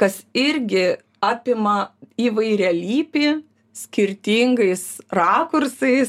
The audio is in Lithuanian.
kas irgi apima įvairialypį skirtingais rakursais